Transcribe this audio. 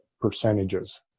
percentages